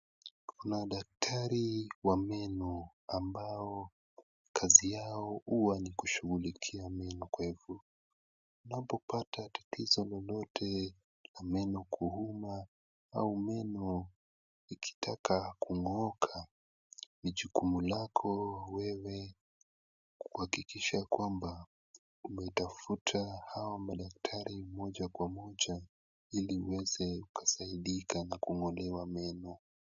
Kuna daktari wa meno ambao kazi yao huwa ni kushughulikia meno kwetu. Unapopata tatizo lolote la meno kuuma au meno ikitaka kung'oka, ni jukumu lako wewe kuhakikisha kwamba umetafuta hao madaktari moja kwa moja ili uweze ukasaidika na kung'olewa meno.